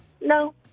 No